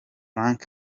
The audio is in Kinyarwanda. frank